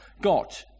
got